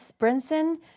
Brinson